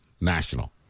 national